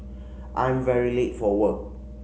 I'm very late for work